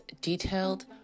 detailed